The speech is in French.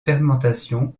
fermentation